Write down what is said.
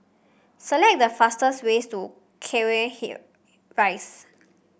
select the fastest way to Cairnhill Rise